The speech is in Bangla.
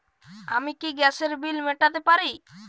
আমি কি গ্যাসের বিল মেটাতে পারি?